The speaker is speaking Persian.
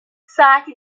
ساعتی